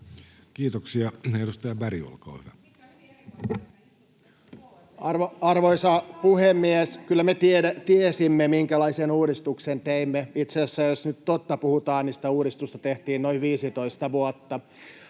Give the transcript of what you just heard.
turvaamisesta Time: 16:55 Content: Arvoisa puhemies! Kyllä me tiesimme, minkälaisen uudistuksen teimme. Itse asiassa, jos nyt totta puhutaan, sitä uudistusta tehtiin noin 15 vuotta.